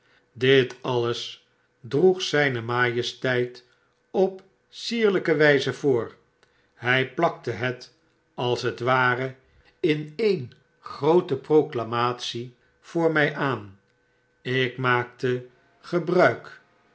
dit alles droeg zijn majesteit op sierlijke wijze voor hij plakte het als het ware in een groote proclamatie voor mij aan ik maakte gebruik